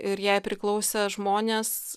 ir jai priklausę žmonės